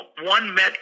one-met